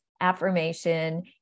affirmation